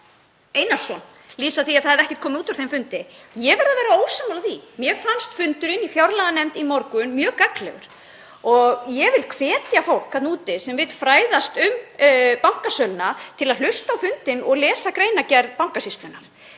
Einarsson lýsa því að ekkert hafi komið út úr þeim fundi. Ég verð að vera ósammála því. Mér fannst fundurinn í fjárlaganefnd í morgun mjög gagnlegur og ég vil hvetja fólk þarna úti sem vill fræðast um bankasöluna til að hlusta á fundinn og lesa greinargerð Bankasýslunnar.